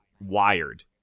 wired